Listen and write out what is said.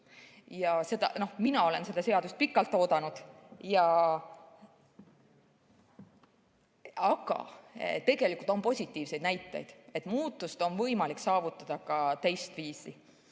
ja koolitoitu. Mina olen seda seadust pikalt oodanud. Aga tegelikult on positiivseid näiteid, et muutust on võimalik saavutada ka teistviisi.